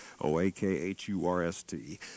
O-A-K-H-U-R-S-T